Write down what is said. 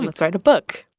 let's write a book